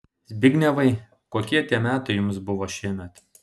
zbignevai kokie tie metai jums buvo šiemet